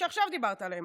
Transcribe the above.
שעכשיו דיברת עליהם,